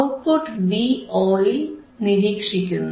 output Vo ൽ നിരീക്ഷിക്കുന്നു